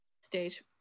stage